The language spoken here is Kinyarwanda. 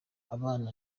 abana